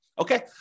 Okay